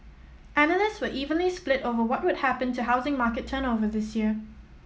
analysts were evenly split over what would happen to housing market turn over this year